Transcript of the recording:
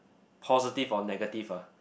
positive or negative ah